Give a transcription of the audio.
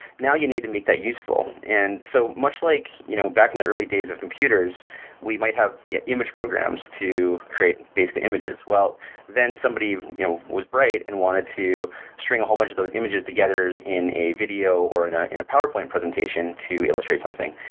now you need to make that useful and so much like, you know back in the early days of computer we might have yeah image programs to create basic images. then somebody you know was great and wanted to string a whole bunch of those images together in a video or in ah in a powerpoint presentation to illustrate something.